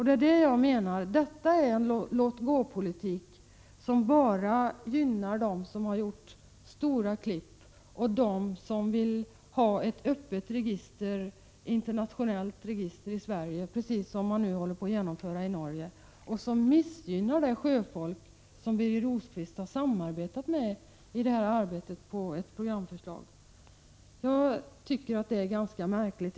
Det är detta jag menar är en låt-gå-politik, som bara gynnar dem som har gjort stora klipp och dem som vill ha ett öppet internationellt register i Sverige, precis som man nu håller på att genomföra i Norge och som missgynnar det sjöfolk som Birger Rosqvist har samarbetat med i arbetet på ett programförslag. Detta tycker jag är ganska märkligt.